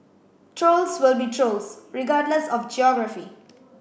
trolls will be trolls regardless of geography